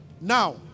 Now